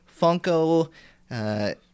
Funko